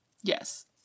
yes